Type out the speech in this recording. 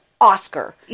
Oscar